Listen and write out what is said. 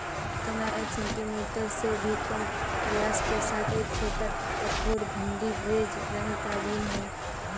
चना एक सेंटीमीटर से भी कम व्यास के साथ एक छोटा, कठोर, घुंडी, बेज रंग का बीन है